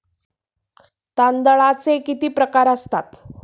तांदळाचे किती प्रकार असतात?